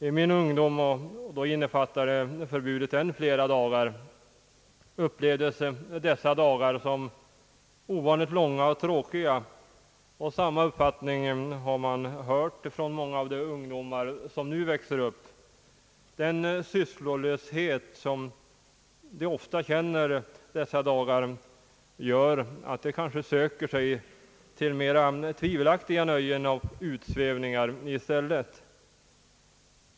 I min ungdom omfattade förbudet än flera dagar, och dessa dagar upplevdes som ovanligt långa och tråkiga. Samma uppfattning har man hört från många av dem som nu är unga. Den sysslolöshet de ofta känner under dessa dagar gör att de kanske söker sig till mera tvivelaktiga nöjen och utsvävningar i stället.